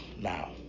now